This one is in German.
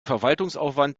verwaltungsaufwand